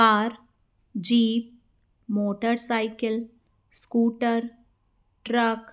car jeep motor cycle scooter truck